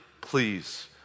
Please